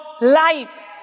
life